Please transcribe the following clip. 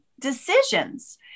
decisions